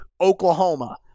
Oklahoma